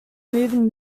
moving